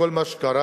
כל מה שקרה,